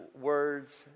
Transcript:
words